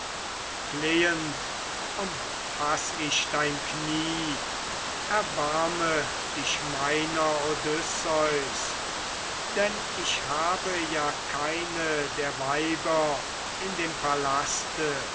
flehend umfaß ich dein knie erbarme dich meiner odysseus denn ich habe ja keine der weiber in dem palaste